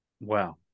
Wow